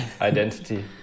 identity